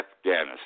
Afghanistan